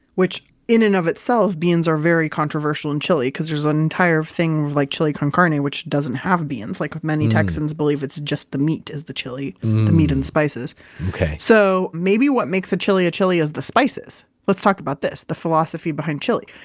which in and of itself, beans are very controversial in chili because there's an entire thing like chili con carne which doesn't have beans like many texans believe it's just the meat is the chili the meat and spices okay so maybe what makes a chili a chili is the spices. let's talk about this. the philosophy behind chili.